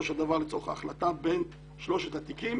של דבר לצורך ההחלטה בין שלושת התיקים.